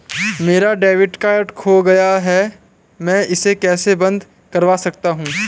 मेरा debit card खो गया है मैं इसे कैसे बंद करवा सकता हूँ?